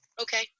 okay